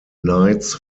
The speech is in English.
nights